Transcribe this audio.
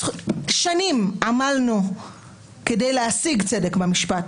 שנים עמלנו כדי להשיג צדק במשפט.